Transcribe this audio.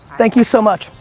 thank you so much.